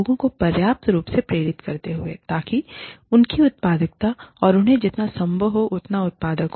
लोगों को पर्याप्त रूप से प्रेरित करते हुए ताकि उनकी उत्पादकता और उन्हें जितना संभव हो उतना उत्पादक हो